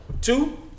Two